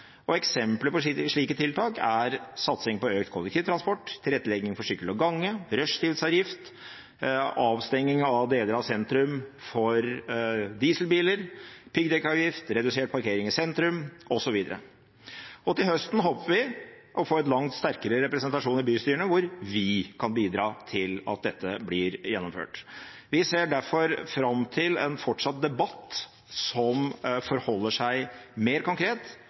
på slike tiltak er satsing på økt kollektivtransport, tilrettelegging for sykkel og gange, rushtidsavgift, avstenging av deler av sentrum for dieselbiler, piggdekkavgift, redusert parkering i sentrum, osv. Til høsten håper vi å få langt sterkere representasjon i bystyrene, hvor vi kan bidra til at dette blir gjennomført. Vi ser derfor fram til en fortsatt debatt som forholder seg mer konkret